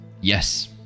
Yes